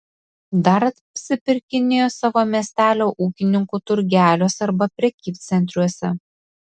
dar apsipirkinėju savo miestelio ūkininkų turgeliuose arba prekybcentriuose